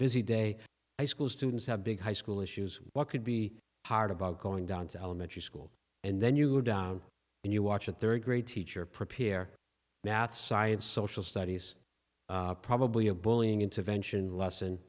busy day high school students have big high school issues what could be hard about going down to elementary school and then you're down and you watch a third grade teacher prepare math science social studies probably a bullying intervention